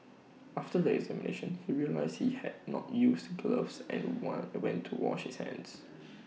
after the examination he realised he had not used gloves and want went to wash his hands